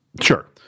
sure